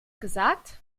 gesagt